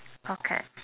okay